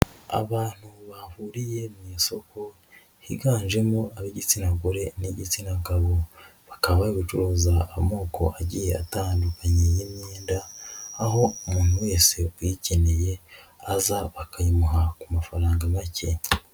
Abantu bahuriye mu isoko, higanjemo ab'igitsina gore n'igitsina gabo, bakaba bacuruza amoko agiye atandukanye y'imyenda, aho umuntu wese uyikeneyeye aza bakayimuha ku mafaranga make.